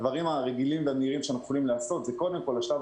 הדברים הרגילים והמהירים שאנחנו יכולים לעשות הם קודם כל להוריד